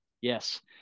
Yes